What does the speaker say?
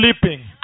sleeping